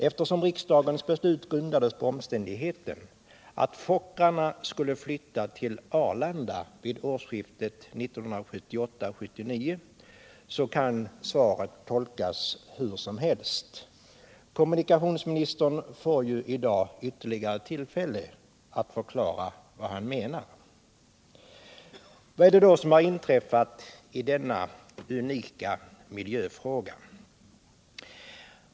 Eftersom riksdagens beslut grundades på omständigheten att Fokkrarna skulle flytia till Arlanda vid årsskiftet 1978/79 kan svaret tolkas hur som helst. Kommunikationsministern får ju i dag ytterligare tillfälle att förklara vad han menar. Vad är det då som har inträffat i denna unika miljöfråga?